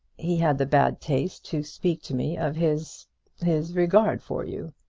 he had the bad taste to speak to me of his his regard for you.